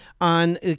on